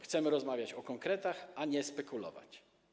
Chcemy rozmawiać o konkretach, a nie spekulować.